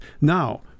now